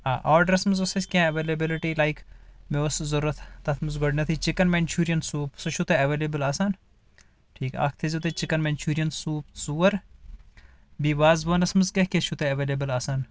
آ آرڈرس منٛز أس اسہِ کینٛہہ ایویلبلٹی لایک مےٚ اوس ضروٗرت تتھ منٛز گۄڈٕنیٚتھٕے چکن مینچوٗرین سوٗپ سُہ چھُو تۄہہِ ایویلیبٕل آسان ٹھیٖک اکھ تھٲیزیو تُہۍ چکن مینچوٗرین سوٗپ ژور تہٕ بیٚیہِ وازوانس منٛز کیٛاہ کیٛاہ چھُو تُہۍ ایویلیبٕل آسان